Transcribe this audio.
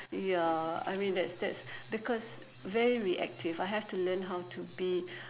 ya I mean that's that's because very reactive I have to learn how to be